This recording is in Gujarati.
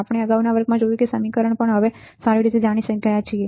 આપણે અગાઉના વર્ગમાં જોયું છે સમીકરણ પણ હવે આપણે સારી રીતે જાણીએ છીએ